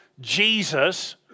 Jesus